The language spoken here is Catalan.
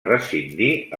rescindir